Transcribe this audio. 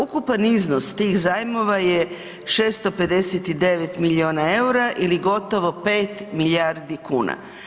Ukupan iznos tih zajmova je 659 milijuna EUR-a ili gotovo 5 milijardi kuna.